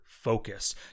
focus